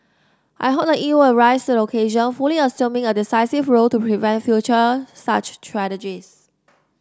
I hope the E U will rise the occasion fully assuming a decisive role to prevent future such tragedies